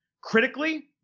Critically